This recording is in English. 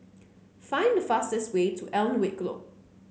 find the fastest way to Alnwick Road